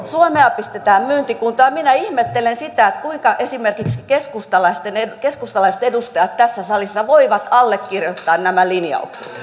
suomea pistetään myyntikuntoon ja minä ihmettelen sitä kuinka esimerkiksi keskustalaiset edustajat tässä salissa voivat allekirjoittaa nämä linjaukset